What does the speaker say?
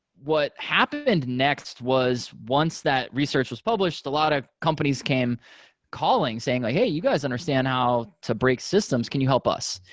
what happened next was once that research was published, a lot of companies came calling saying like, hey, you guys understand how to break systems. can you help us?